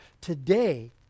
today